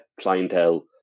clientele